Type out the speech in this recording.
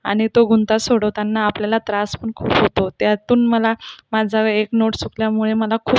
आणि तो गुंता सोडवताना आपल्याला त्रास खूप होतो त्यातून मला माझा एक नोट सुटल्यामुळे मला खूप